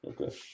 Okay